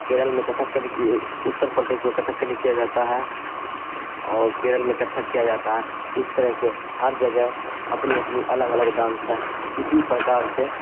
کیرل میں کتھاکلی اتر پردیش میں کتھاکلی کیا جاتا ہے اور کیرل میں کتھک کیا جاتا ہے اس طرح سے ہر جگہ اپنی اپنی الگ الگ ڈانس ہے اسی پرکار سے